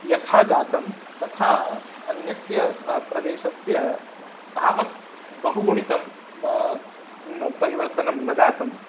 यथा जातं तथा अन्यस्य प्रदेशस्य तावत् बहुगुणितं परिवर्तनं न जातम्